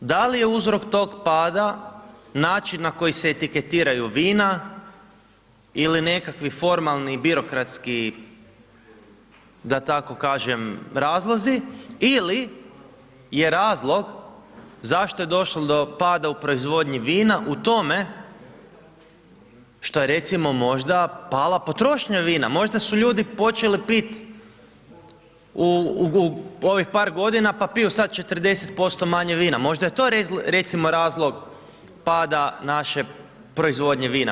Da li je uzrok tog pada način na koji se etiketiraju vina ili nekakvi formalni birokratski da tako kažem razlozi ili je razlog zašto je došlo do pada u proizvodnji vina u tome što je recimo možda pala potrošnja vina, možda su ljudi počeli pit u ovih godina pa piju sad 40% manje vina, možda je to recimo razlog pada naše proizvodnje vina.